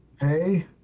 hey